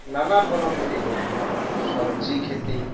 নানা ধৰণৰ খেতি কৰিব পাৰোঁ চবজি খেতি